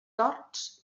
torts